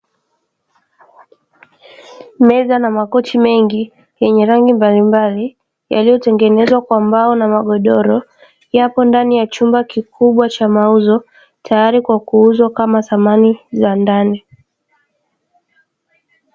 Meza na makochi mengi yenye rangi mbalimbali yaliyotengenezwa kwa mbao na magodoro, yapo ndani ya chumba kikubwa cha mauzo tayari kwa kuuzwa kama samani za ndani.